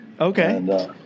Okay